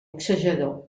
boxejador